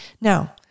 Now